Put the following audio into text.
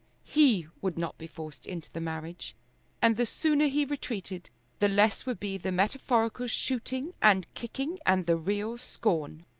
he would not be forced into the marriage and the sooner he retreated the less would be the metaphorical shooting and kicking and the real scorn.